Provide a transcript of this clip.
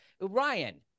Ryan